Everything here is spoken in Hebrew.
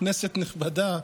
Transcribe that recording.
כנסת נכבדה,